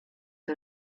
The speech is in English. for